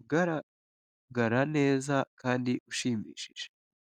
ugaragara neza kandi ushimishije.